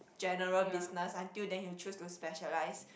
general business until then you choose to specialize